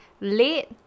late